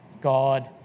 God